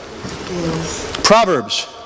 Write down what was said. Proverbs